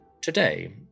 Today